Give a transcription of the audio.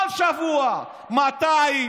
כל שבוע, 200,